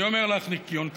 אני אומר לך, ניקיון כפיים.